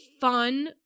fun